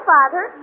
Father